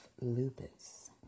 lupus